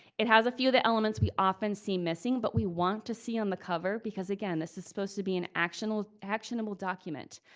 it has a few of the elements we often see missing, but we want to see on the cover, because again, this is supposed to be an actionable actionable document.